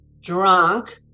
drunk